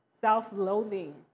self-loathing